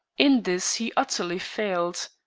in this he utterly failed.